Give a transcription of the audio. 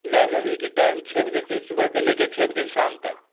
library کی time چھ بجے سے صبح سے لے کے چھ بجے شام تک